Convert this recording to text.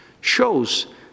shows